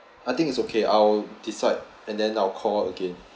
I think it's okay I'll decide and then I'll call again